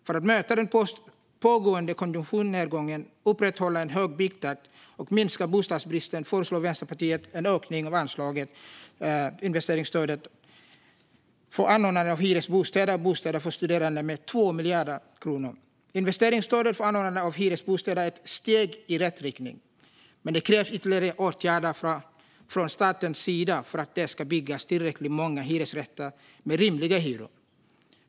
För att möta den pågående konjunkturnedgången, upprätthålla en hög byggtakt och minska bostadsbristen föreslår Vänsterpartiet en ökning av investeringsstödet för anordnande av hyresbostäder och bostäder för studerande med 2 miljarder kronor. Investeringsstödet för anordnande av hyresbostäder är ett steg i rätt riktning, men det krävs ytterligare åtgärder från statens sida för att det ska byggas tillräckligt många hyresrätter med rimliga hyror.